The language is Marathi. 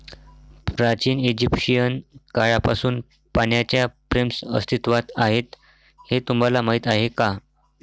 प्राचीन इजिप्शियन काळापासून पाण्याच्या फ्रेम्स अस्तित्वात आहेत हे तुम्हाला माहीत आहे का?